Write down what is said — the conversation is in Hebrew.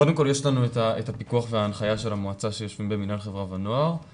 קודם כל יש לנו את הפיקוח וההנחיה של המועצה שיושבים במינהל חברה ונוער,